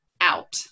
out